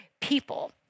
people